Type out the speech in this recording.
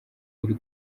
uri